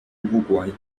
uruguay